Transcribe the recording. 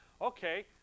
Okay